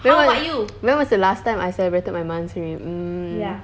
when was when was the last time I celebrated my monthsary mm